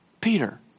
Peter